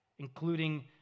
including